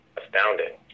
astounding